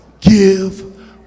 give